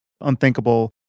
unthinkable